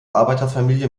arbeiterfamilie